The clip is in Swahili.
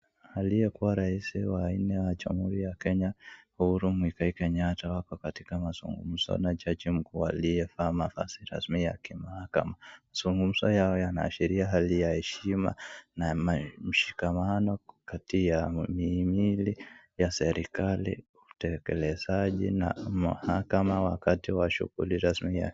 Aliyekuwa raisi wa nne wa jamhuri ya Kenya, Uhuru Muigai Kenyatta. Wako katika mazungumzo na jaji mkuu aliyevaa mavazi rasmi ya kimahakama. Mazungumzo yao yanaashiria hali ya heshima na mshikamano kati ya mihimili ya serikali, utekelezaji na mahakama wakati wa shughuli rasmi ya